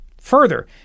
Further